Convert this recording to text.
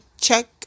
check